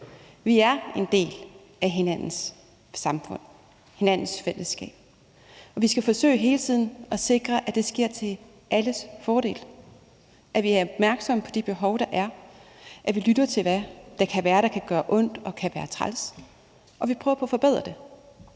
Vi er en del af hinandens samfund og hinandens fællesskab. Vi skal hele tiden forsøge at sikre, at det sker til alles fordel, at vi er opmærksomme på de behov, der er, at vi lytter til, hvad der kan gøre ondt og kan være træls, og at vi prøver på at forbedre det.